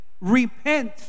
repent